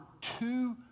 two